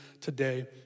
today